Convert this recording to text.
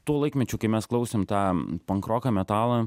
tuo laikmečiu kai mes klausėm tą pankroką metalą